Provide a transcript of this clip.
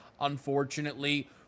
unfortunately